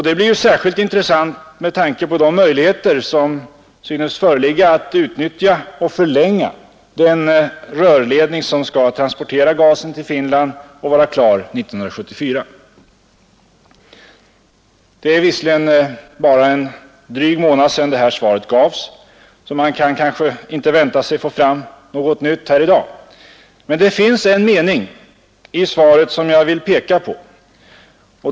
Det blir särskilt intressant med tanke på de möjligheter som synes föreligga att utnyttja och förlänga den rörledning som skall transportera gasen till Finland och vara klar 1974. Det är visserligen bara en dryg månad sedan det här svaret gavs, så man kan kanske inte vänta sig att få fram något nytt i dag. Men det finns en mening i svaret som jag vill peka på.